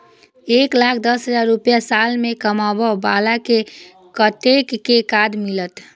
एक लाख दस हजार रुपया साल में कमाबै बाला के कतेक के कार्ड मिलत?